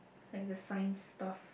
like the science stuff